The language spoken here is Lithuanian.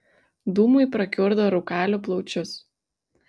dūmai prakiurdo rūkalių plaučius